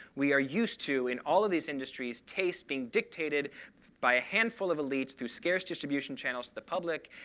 we are used to, in all of these industries, taste being dictated by a handful of elites to scarce distribution channels to the public.